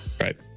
Right